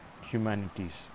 humanities